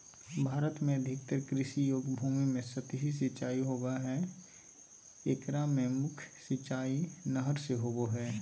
भारत में अधिकतर कृषि योग्य भूमि में सतही सिंचाई होवअ हई एकरा मे मुख्य सिंचाई नहर से होबो हई